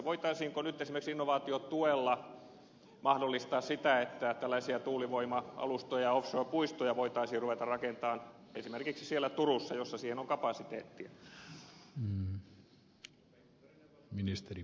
voitaisiinko nyt esimerkiksi innovaatiotuella mahdollistaa sitä että tällaisia tuulivoima alustoja offshore puistoja voitaisiin ruveta rakentamaan esimerkiksi siellä turussa jossa siihen on kapasiteettia